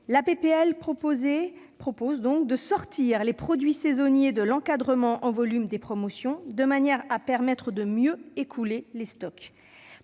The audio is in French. de loi vise à sortir les produits saisonniers de l'encadrement en volume des promotions, de manière à permettre de mieux écouler les stocks.